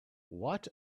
what